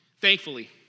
thankfully